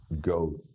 go